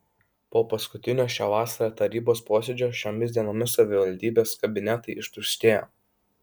po paskutinio šią vasarą tarybos posėdžio šiomis dienomis savivaldybės kabinetai ištuštėjo